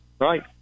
Right